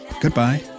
Goodbye